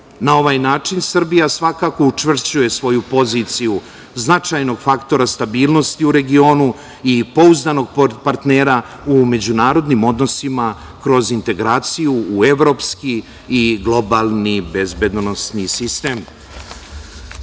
ovaj način Srbija svakako učvršćuje svoju poziciju značajnog faktora stabilnosti u regionu i pouzdanog partnera u međunarodnim odnosima kroz integraciju u evropski i globalni bezbedonosni sistem. Na